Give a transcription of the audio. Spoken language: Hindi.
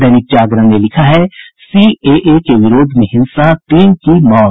दैनिक जागरण ने लिखा है सीएए के विरोध में हिंसा तीन की मौत